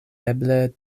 eble